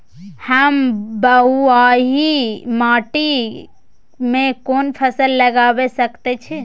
हम बलुआही माटी में कोन फसल लगाबै सकेत छी?